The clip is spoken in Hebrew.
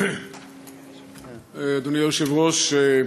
אדוני היושב-ראש,